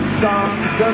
songs